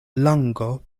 lango